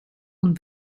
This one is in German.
und